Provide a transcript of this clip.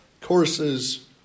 courses